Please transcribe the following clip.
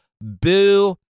Boo